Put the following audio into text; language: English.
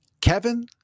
Kevin